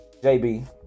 JB